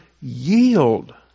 yield